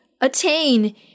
attain